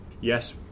Yes